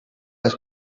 les